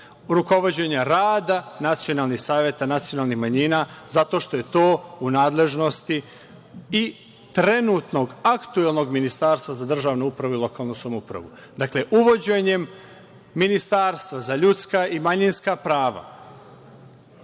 rukovođenja rada nacionalnih saveta nacionalnih manjina zato što je to u nadležnosti i trenutnog, aktuelnog ministarstva za državnu upravu i lokalnu samoupravu. Dakle, uvođenjem Ministarstva za ljudska i manjinska prava